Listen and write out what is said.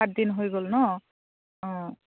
সাতদিন হৈ গ'ল ন অঁ